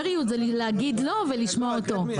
זה הוגן לשמוע אותו.